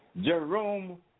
Jerome